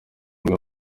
rwe